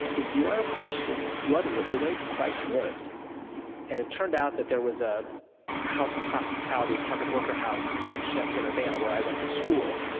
if you are a christian, you ought to live the way christ lived and it turned out that there was a house of hospitality, a catholic worker house, in champaign urbana where i went to school.